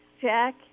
Jack